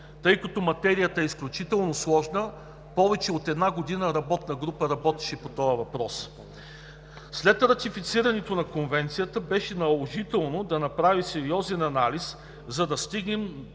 тъй като материята е изключително сложна – повече от една година работна група работеше по този въпрос. След ратифицирането на Конвенцията беше наложително да направим сериозен анализ, за да стигнем до